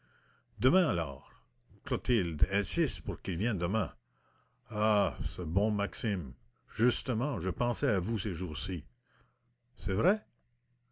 demain alors clotilde insiste pour qu'il vienne demain ah ce bon maxime justement je pensais à vous ces jours-ci c'est vrai